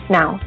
now